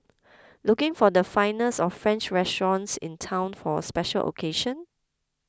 looking for the finest of French restaurants in town for a special occasion